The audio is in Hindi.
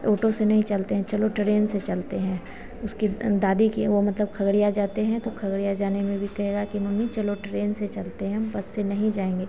ऑटो से नहीं चलते हैं चलो ट्रेन से चलते हैं उसकी दादी के वह मतलब खगड़िया जाते हैं तो खगड़िया जाने में भी कहेगा कि मम्मी चलो ट्रेन से चलते हैं हम बस से नहीं जाएँगे